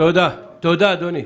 תודה, אדוני.